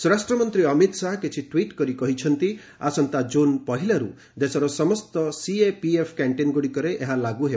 ସ୍ୱରାଷ୍ଟ୍ରମନ୍ତ୍ରୀ ଅମିତ ଶାହା କିଛି ଟ୍ୱିଟ୍ କରି କହିଛନ୍ତି ଆସନ୍ତା ଜୁନ୍ ପହିଲାରୁ ଦେଶର ସମସ୍ତ ସିଏପିଏଫ୍ କ୍ୟାଷ୍ଟିନ୍ଗୁଡ଼ିକରେ ଏହା ଲାଗୁ ହେବ